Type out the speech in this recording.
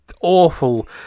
awful